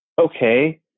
Okay